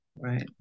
Right